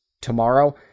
Tomorrow